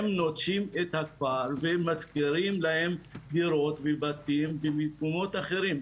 הם נוטשים את הכפר והם משכירים להם דירות ובתים במקומות אחרים,